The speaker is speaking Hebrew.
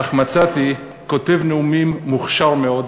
אך מצאתי כותב נאומים מוכשר מאוד,